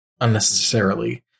unnecessarily